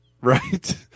Right